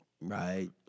right